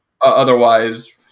Otherwise